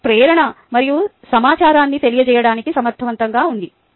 ఇది ప్రేరణ మరియు సమాచారాన్ని తెలియజేయడానికి సమర్థవంతంగా ఉంది